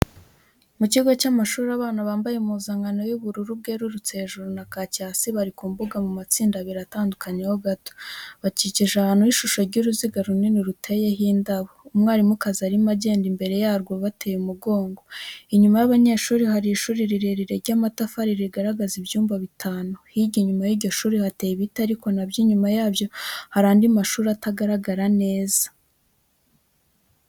Mu kigo cy'amashuri abana bambaye impuzankano y'ubururu bwerurutse hejuru na kaki hasi, bari ku mbuga mu matsinda abiri atandukanyeho gato, bakikije ahantu h'ishusho y'uruziga runini ruteyeho indabo. Umwarimukazi arimo aragenda imbere yarwo abateye umugongo. Inyuma y'abanyeshuri hari ishuri rirerire ry'amatafari rigaragaza ibyumba bitanu. Hirya inyuma y'iryo shuri hateye ibiti ariko na byo inyuma yabyo hari andi mashuri atagaragara neza.